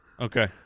okay